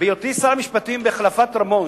בהיותי שר המשפטים בהחלפת רמון,